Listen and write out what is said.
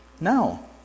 No